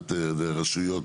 מבחינת רשויות?